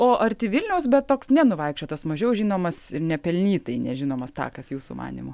o arti vilniaus bet toks nenuvaikščiotas mažiau žinomas ir nepelnytai nežinomas takas jūsų manymu